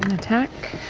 attack.